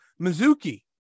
Mizuki